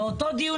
באותו דיון,